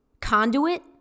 conduit